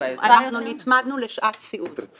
אנחנו נצמדנו לשעת סיעוד.